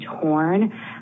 torn